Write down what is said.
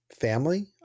family